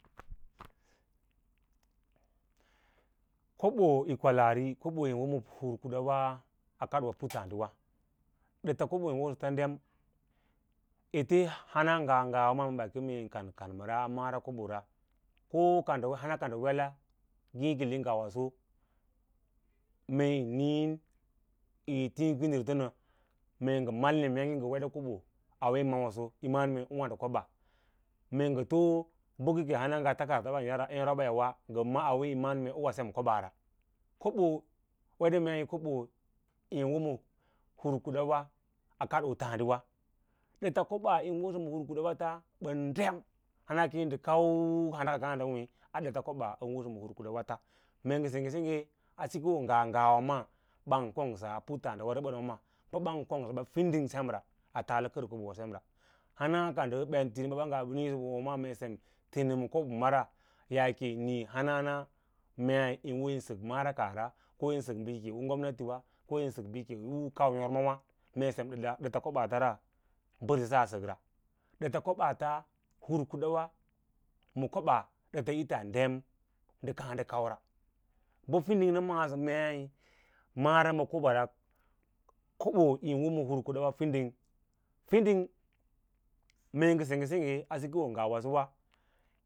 Kobo yi kwalaari kobo yim woma hir kadaws a kadoo puttaadi wa, dat s kobo yin wasats dam ete hans nga ngawa ma mee keen kau kanmara mara kobore ko ko ka nda hana ka nda wals ngiilik nga waso yin ii yi aii kiniton na mee nga mak neniyaage nga wede kobo auwe ngak mawaso yo ma’an nda koboa mee too bakae hana nga takarda nga ban yarsa a ee robawa auwe yi ma’am sem kobara kobo, weda mei kobo yin wo mak hur kadawa a kadoo yaadiwa dats kobaa ban wasa ma hur kaduwats ba dem hana kii nda kau handa ka kaa a nda wee a date kobaa yii wosa me hr kudats mee nga sengge sengge a sikoo nga ngawa ma ban kansa puttasadiwa rabad wa mee ba ban kongsa ba fiding semra a taa la kar kobo we semta hana kanda ben turma ba wosawa maa meesem tii ma koba mara yaake yinii ban ana meei yiwo yisak mara haahra ko yim bakake mara gomnati ra koyik sak bakake ukai yarmawa see msem dats kobaats ra wibasasa a sakra dats kobaa ta hur kada a m. kobaa dats ils dem nda kasn nda kaura usu nina na ma’asa mei mara ma kobora kobo yim woma hur kasa fiding finding mee ngan sengge sengge a sikoo ng awa wa,